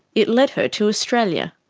it led her to australia.